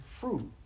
fruit